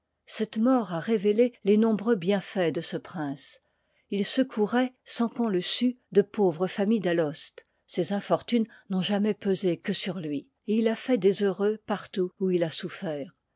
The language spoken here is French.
cette mort a révélé les nombreux bienfaits de ce prince il secouroit sans qu'on le sût de pauvres familles d'alost ses infortunes n'ont jamais pesé que sur lui et il a fait des heureux partout où il a souffert